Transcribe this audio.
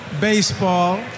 baseball